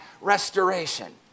restoration